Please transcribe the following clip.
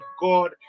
God